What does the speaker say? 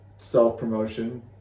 self-promotion